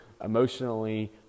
emotionally